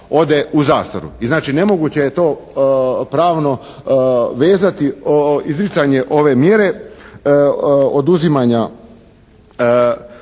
ode u zastaru. I znači nemoguće je to pravno vezati. Izricanje ove mjere oduzimanja